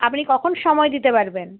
আপনি কখন সময় দিতে পারবেন